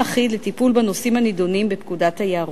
אחיד לטיפול בנושאים הנדונים בפקודת היערות.